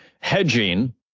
hedging